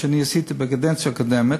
את מה שאני עשיתי בקדנציה הקודמת,